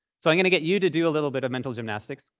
so i'm going to get you to do a little bit of mental gymnastics,